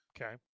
Okay